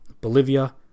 Bolivia